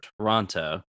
Toronto